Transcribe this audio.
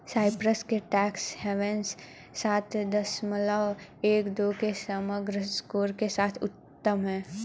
Cyprus के tax havens सात दशमलव एक दो के समग्र स्कोर के साथ उच्चतम हैं